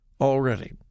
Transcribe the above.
already